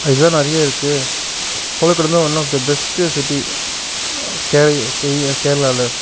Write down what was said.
இதுதான் நிறைய இருக்குது கோழிக்கூடு வந்து one of the best city கேரளாவில்